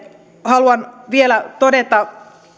haluan vielä todeta